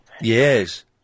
Yes